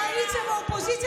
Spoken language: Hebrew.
קואליציה ואופוזיציה,